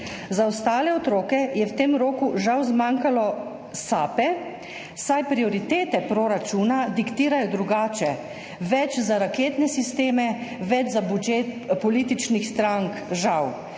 Za ostale otroke je v tem roku žal zmanjkalo sape, saj prioritete proračuna diktirajo drugače, več za raketne sisteme, več za budžet političnih strank, žal,